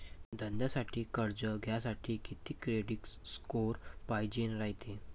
धंद्यासाठी कर्ज घ्यासाठी कितीक क्रेडिट स्कोर पायजेन रायते?